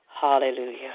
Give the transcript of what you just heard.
Hallelujah